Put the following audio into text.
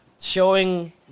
Showing